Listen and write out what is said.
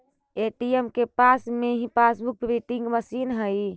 ATM के पास में ही पासबुक प्रिंटिंग मशीन हई